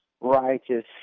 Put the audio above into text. righteous